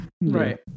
Right